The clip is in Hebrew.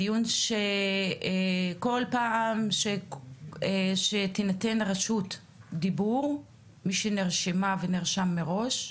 כל פעם שתינתן רשות דיבור למי שנרשמה ונרשם מראש,